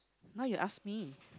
now you ask me